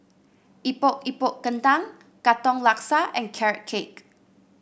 Epok Epok Kentang Katong Laksa and Carrot Cake